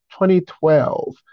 2012